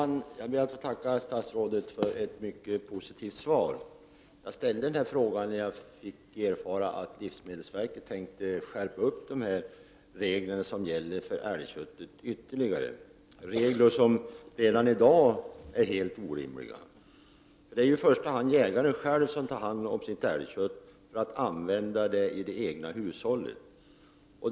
Herr talman! Jag ber att få tacka statsrådet för ett mycket positivt svar. Jag framställde min fråga efter att ha erfarit att livsmedelsverket avsåg att skärpa de regler som gäller för hanteringen av älgkött. Det handlar då om regler som redan i dag är helt orimliga. Det är ju i första hand jägaren själv som tar hand om sitt älgkött för att använda detta i det egna hushållet.